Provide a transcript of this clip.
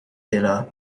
della